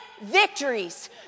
victories